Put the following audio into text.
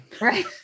Right